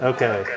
Okay